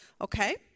Okay